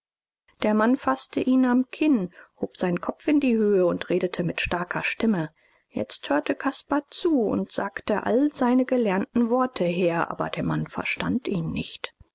der mann faßte ihn am kinn hob seinen kopf in die höhe und redete mit starker stimme jetzt hörte caspar zu und sagte all seine gelernten worte her aber der mann verstand ihn nicht